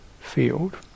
field